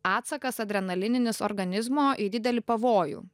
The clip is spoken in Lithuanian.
atsakas adrenalininis organizmo į didelį pavojų